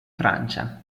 francia